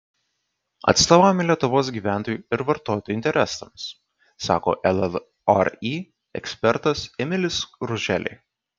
atstovaujame lietuvos gyventojų ir vartotojų interesams sako llri ekspertas emilis ruželė